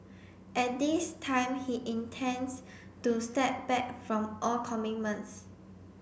at this time he intends to step back from all commitments